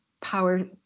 power